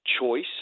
Choice